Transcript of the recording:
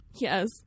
Yes